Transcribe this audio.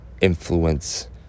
influence